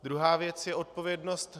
Druhá věc je odpovědnost.